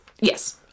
yes